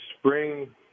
spring